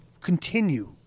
continue